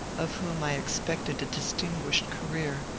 of whom i expected a distinguished career,